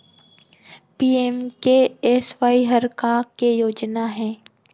PMKSY हर का के योजना हे?